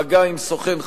מגע עם סוכן חוץ,